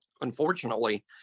unfortunately